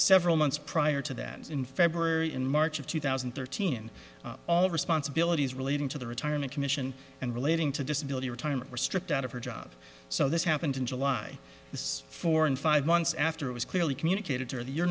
several months prior to that in february and march of two thousand and thirteen all responsibilities relating to the retirement commission and relating to disability retirement restrict out of her job so this happened in july this four and five months after it was clearly communicated to the you're